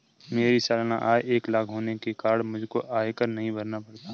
मेरी सालाना आय एक लाख होने के कारण मुझको आयकर नहीं भरना पड़ता